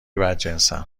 بدجنسم